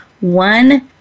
one